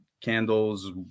candles